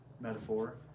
metaphor